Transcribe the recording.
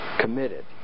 committed